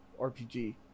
RPG